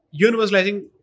universalizing